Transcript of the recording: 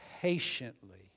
patiently